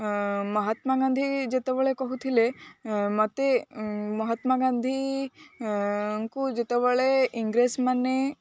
ମହାତ୍ମା ଗାନ୍ଧୀ ଯେତେବେଳେ କହୁଥିଲେ ମୋତେ ମହାତ୍ମା ଗାନ୍ଧୀଙ୍କୁ ଯେତେବେଳେ ଇଂରେଜମାନେ